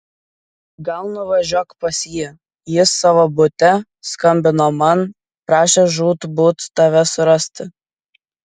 gal nuvažiuok pas jį jis savo bute skambino man prašė žūtbūt tave surasti